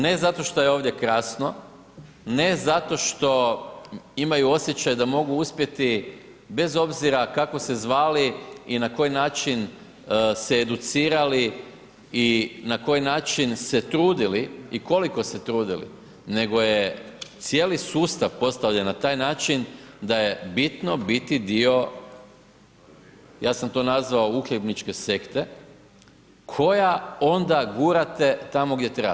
Ne zato što je ovdje krasno, ne zato što imaju osjećaj da mogu uspjeti, bez obzira kako se zvali i na koji način se educirali i na koji način se trudili i koliko se trudili, nego je cijeli sustav postavljen na način da je bitno biti dio, ja sam to nazvao uhljebničke sekte, koja onda gurate tamo gdje treba.